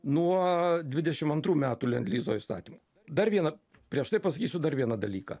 nuo dvidešim antrų metų lendlizo įstatymo dar vieną prieš tai pasakysiu dar vieną dalyką